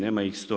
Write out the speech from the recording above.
Nema ih 100.